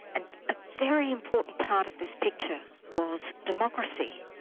and a very important part of this picture was democracy.